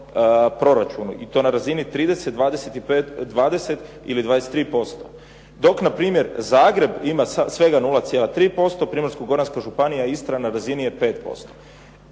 I to na razini 30, 20 ili 23%. Dok npr. Zagreb ima svega 0,3%, Primorsko-goranska županija i Istra na razini je 5%.